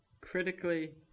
Critically